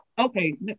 Okay